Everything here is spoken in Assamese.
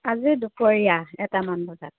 আজি দুপৰীয়া এটামান বজাত